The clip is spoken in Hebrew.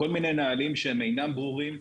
כל מיני נהלים שאינם ברורים.